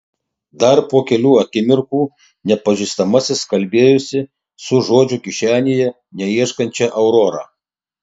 dar po kelių akimirkų nepažįstamasis kalbėjosi su žodžio kišenėje neieškančia aurora